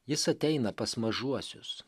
jis ateina pas mažuosius